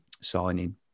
signing